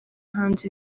hanze